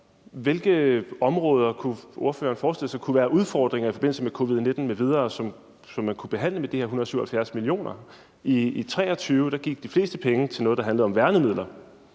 hvilke områder kunne ordføreren forestille sig at der kunne være udfordringer med i forbindelse med covid-19 m.v., hvor man kunne bruge de her 177 mio. kr.? I 2023 gik de fleste penge til noget, der handlede om værnemidler